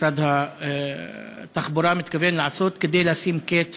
ומשרד התחבורה מתכוונים לעשות כדי לשים קץ